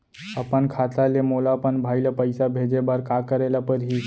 अपन खाता ले मोला अपन भाई ल पइसा भेजे बर का करे ल परही?